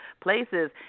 places